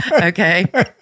Okay